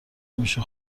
میشه